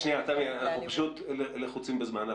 רק שנייה, אנחנו פשוט לחוצים בזמן.